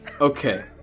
Okay